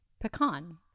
pecan